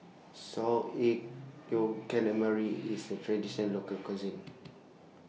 Salted Egg Yolk Calamari IS A Traditional Local Cuisine